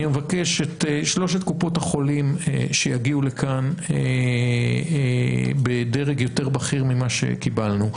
אני מבקש את שלוש קופות החולים שיגיעו לכאן בדרג יותר בכיר ממה שקיבלנו,